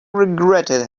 regretted